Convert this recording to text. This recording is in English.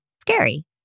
scary